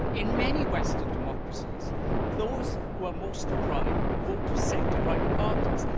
in many western democracies those who are most deprived vote for centre-right parties.